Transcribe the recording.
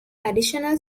additional